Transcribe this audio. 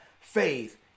faith